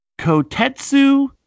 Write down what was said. Kotetsu